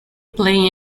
play